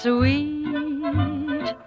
Sweet